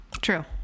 True